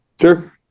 Sure